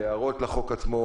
בהערות לחוק עצמו.